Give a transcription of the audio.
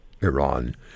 Iran